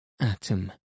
Atom